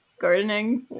Gardening